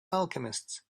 alchemists